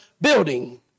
building